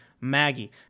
Maggie